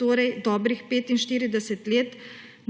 torej dobrih 45 let,